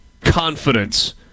confidence